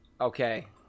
okay